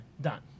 done